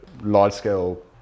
large-scale